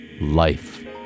life